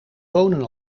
wonen